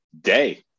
day